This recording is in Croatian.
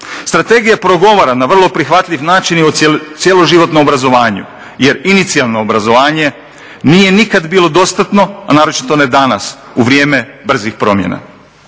Strategija progovara na vrlo prihvatljiv način i o cjeloživotnom obrazovanju, jer inicijalno obrazovanje nije nikad bilo dostatno, a naročito ne danas u vrijeme brzih promjena